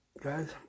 guys